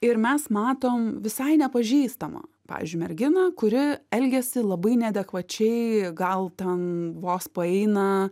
ir mes matom visai nepažįstamą pavyzdžiui merginą kuri elgiasi labai neadekvačiai gal ten vos paeina